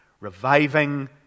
reviving